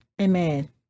Amen